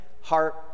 Heart